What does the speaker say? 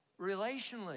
relationally